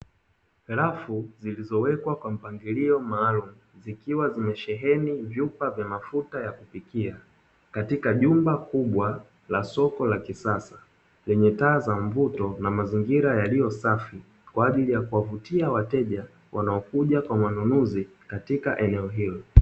Rafu zilizowekwa kwa mpangilio maalumu, zikiwa zimesheheni vyumba vya mafuta ya kupikia katika jumba kubwa la soko la kisasa. Lenye taka za mvuto na mazingira yaliosafi kwa ajili ya kuwavutia wateja wanaokuja kwa wanunuzi katika eneo hilo.